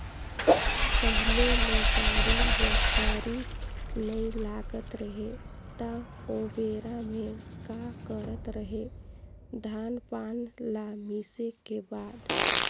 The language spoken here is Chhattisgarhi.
पहिले ले बाड़ी बखरी नइ लगात रहें त ओबेरा में का करत रहें, धान पान ल मिसे के बाद